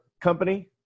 company